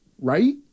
right